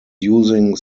using